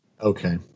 Okay